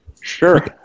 Sure